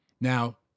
Now